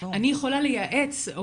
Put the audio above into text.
אני יכולה לייעץ,